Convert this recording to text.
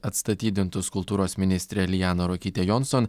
atstatydintus kultūros ministrę lianą ruokytę jonson